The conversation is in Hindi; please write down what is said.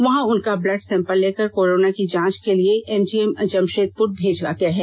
वहां उनका ब्लड सेंपल लेकर कोरोना की जांच के लिए एमजीएम जमषेदपुर भेजा गया है